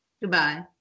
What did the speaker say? Goodbye